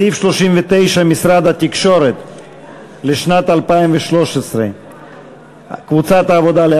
סעיף 39, משרד התקשורת, לשנת 2013. קבוצת העבודה,